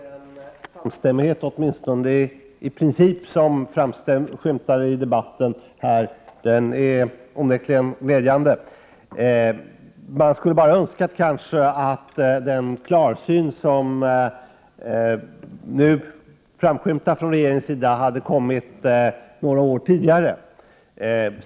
Herr talman! Den samstämmighet, åtminstone i princip, som skymtar i debatten är onekligen glädjande. Man skulle bara ha önskat att den klarsyn som nu framskymtar från regeringen hade kommit några år tidigare.